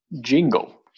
Jingle